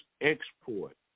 export